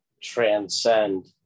transcend